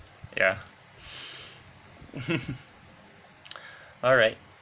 ya alright